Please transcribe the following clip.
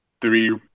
three